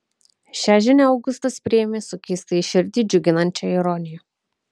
šią žinią augustas priėmė su keistai širdį džiuginančia ironija